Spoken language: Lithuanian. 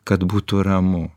kad būtų ramu